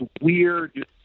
weird